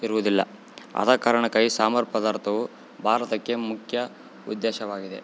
ಇರುವುದಿಲ್ಲ ಆದ ಕಾರಣಕ್ಕಾಗಿ ಸಾಂಬಾರು ಪದಾರ್ಥವು ಭಾರತಕ್ಕೆ ಮುಖ್ಯ ಉದ್ದೇಶವಾಗಿದೆ